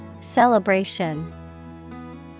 Celebration